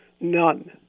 none